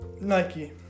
Nike